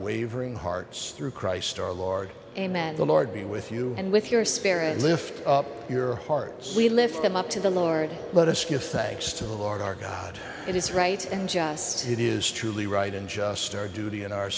wavering hearts through christ our lord amen the lord be with you and with your spirit lift up your hearts we lift them up to the lord let us give thanks to the lord our god it is right and just it is truly right and just our duty and our